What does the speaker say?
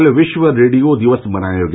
कल विश्व रेडियो दिवस मनाया गया